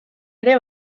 ere